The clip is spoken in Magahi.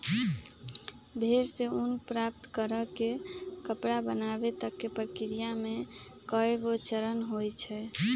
भेड़ से ऊन प्राप्त कऽ के कपड़ा बनाबे तक के प्रक्रिया में कएगो चरण होइ छइ